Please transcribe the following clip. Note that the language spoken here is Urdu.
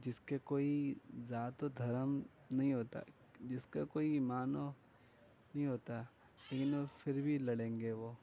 جس کے کوئی ذات و دھرم ںہیں ہوتا جس کا کوئی ایمان نہیں ہوتا لیکن وہ پھر بھی لڑیں گے وہ